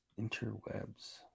Interwebs